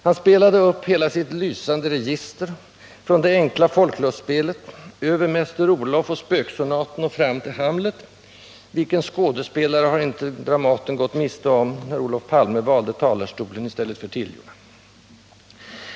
Han spelade upp hela sitt lysande register — från det enkla folklustspelet, över Mäster Olof och Spöksonaten fram till Hamlet — vilken skådespelare har inte Dramaten gått miste om, när Olof Palme valde talarstolen i stället för tiljorna!